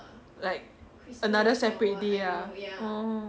like another separate day ah orh